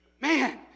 Man